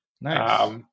Nice